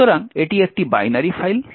সুতরাং এটি একটি বাইনারি ফাইল